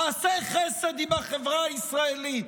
תעשה חסד עם החברה הישראלית,